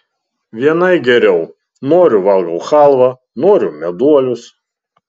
vienai geriau noriu valgau chalvą noriu meduolius